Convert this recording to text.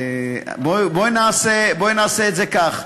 בואי נעשה את זה כך.